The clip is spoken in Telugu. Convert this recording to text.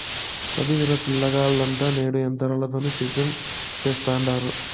సదివిన పిలగాల్లంతా నేడు ఎంత్రాలతోనే సేద్యం సెత్తండారు